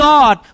God